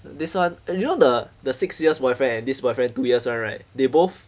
this one and you know the the six years boyfriend and this boyfriend two years [one] right they both